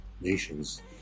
nations